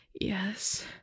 Yes